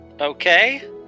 Okay